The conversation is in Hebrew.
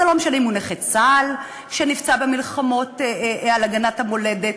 זה לא משנה אם הוא נכה צה"ל שנפצע במלחמות על הגנת המולדת,